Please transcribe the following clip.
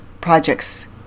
projects